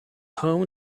home